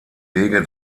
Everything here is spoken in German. wege